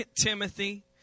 Timothy